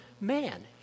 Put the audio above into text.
man